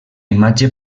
imatge